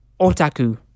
otaku